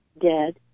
Dead